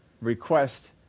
request